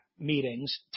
meetings